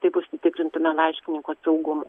taip užsitikrintume laiškininko saugumu